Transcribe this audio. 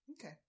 Okay